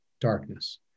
darkness